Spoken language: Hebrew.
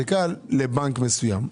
כרטיסי אשראי לבנק מסוים?